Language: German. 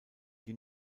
die